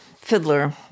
Fiddler